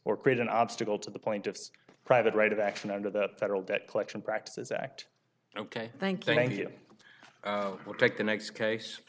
or create an obstacle to the point of private right of action under the federal debt collection practices act ok thank you thank you we'll take the next case